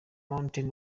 mountain